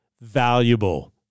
valuable